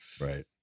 Right